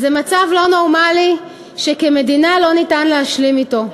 זה מצב לא נורמלי, שכמדינה לא ניתן להשלים אתו.